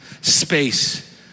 space